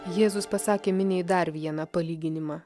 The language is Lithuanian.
jėzus pasakė miniai dar vieną palyginimą